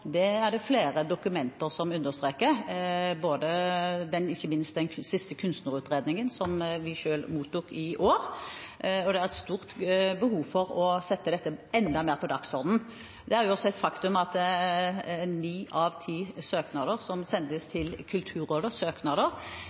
ikke minst i den siste kunstnerutredningen, som vi mottok i år. Det er et stort behov for å sette dette enda mer på dagsordenen. Det er også et faktum av ni av ti søknader som sendes til